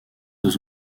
deux